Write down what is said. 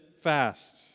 fast